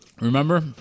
Remember